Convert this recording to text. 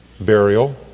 burial